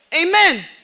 Amen